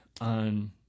on